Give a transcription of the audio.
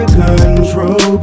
control